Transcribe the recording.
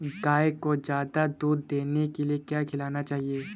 गाय को ज्यादा दूध देने के लिए क्या खिलाना चाहिए?